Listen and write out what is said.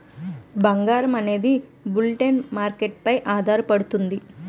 బంగారం అనేది bullion market పై ఆధారపడుతుంది